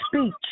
speech